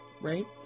right